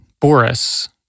Boris